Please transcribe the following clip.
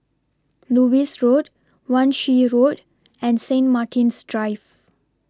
Lewis Road Wan Shih Road and Saint Martin's Drive